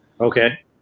Okay